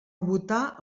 votar